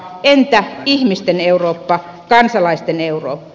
entä ihmisten eurooppa kansalaisten eurooppa